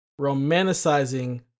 romanticizing